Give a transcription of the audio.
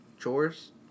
Chores